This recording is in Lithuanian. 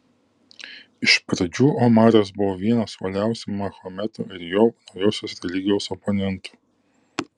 iš pradžių omaras buvo vienas uoliausių mahometo ir jo naujosios religijos oponentų